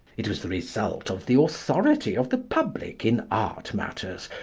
it was the result of the authority of the public in art matters,